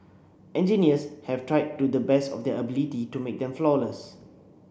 engineers have tried to the best of their ability to make them flawless